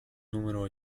número